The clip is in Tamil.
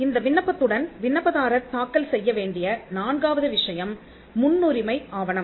இந்த விண்ணப்பத்துடன் விண்ணப்பதாரர் தாக்கல் செய்ய வேண்டிய நான்காவது விஷயம் முன்னுரிமை ஆவணம்